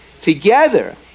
together